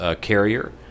Carrier